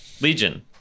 Legion